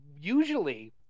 usually